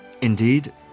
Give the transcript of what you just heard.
Indeed